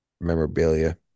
memorabilia